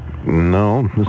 No